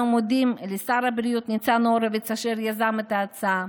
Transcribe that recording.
אני מודים לשר הבריאות, אשר יזם את ההצעה,